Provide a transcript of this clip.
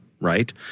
Right